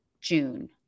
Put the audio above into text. June